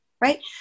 right